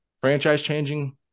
franchise-changing